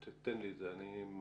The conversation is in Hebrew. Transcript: תן לי את זה, אני מבולבל.